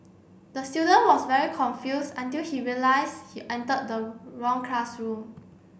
the student was very confused until he realize he entered the wrong classroom